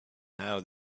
now